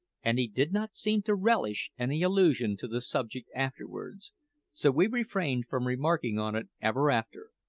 and he did not seem to relish any allusion to the subject afterwards so we refrained from remarking on it ever after,